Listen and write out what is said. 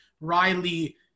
Riley